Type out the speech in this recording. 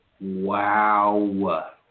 Wow